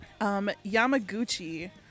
Yamaguchi